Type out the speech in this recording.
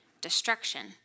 destruction